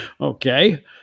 Okay